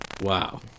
Wow